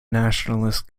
nationalist